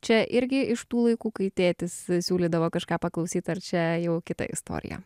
čia irgi iš tų laikų kai tėtis siūlydavo kažką paklausyt ar čia jau kita istorija